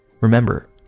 Remember